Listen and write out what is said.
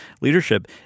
leadership